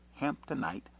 Hamptonite